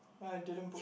yeah I didn't book